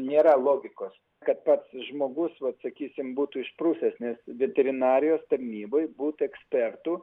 nėra logikos kad pats žmogus vat sakysim būtų išprusęs nes veterinarijos tarnybai būti ekspertu